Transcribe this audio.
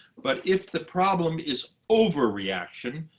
but if the problem is overreaction,